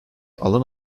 alan